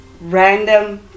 random